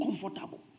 comfortable